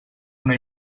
una